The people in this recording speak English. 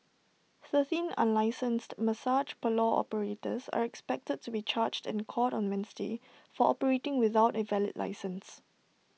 thirteen unlicensed massage parlour operators are expected to be charged in court on Wednesday for operating without A valid licence